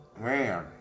Man